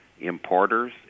importers